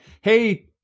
hey –